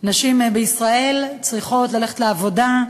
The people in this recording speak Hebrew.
נשים בישראל צריכות ללכת לעבודה,